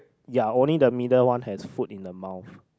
ya only the middle one has food in the mouth